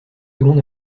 seconde